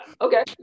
okay